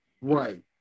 right